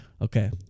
okay